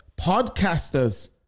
podcasters